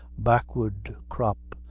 backward crop,